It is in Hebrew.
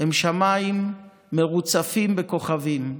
הם שמיים מרוצפים בכוכבים,